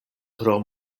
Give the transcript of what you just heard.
tro